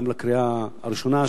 גם לקריאה הראשונה,